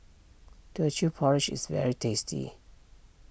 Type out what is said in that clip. Teochew Porridge is very tasty